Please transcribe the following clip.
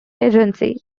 agency